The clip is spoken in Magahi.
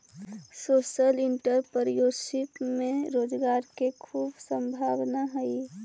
सोशल एंटरप्रेन्योरशिप में रोजगार के खूब संभावना हई